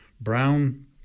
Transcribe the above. brown